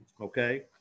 okay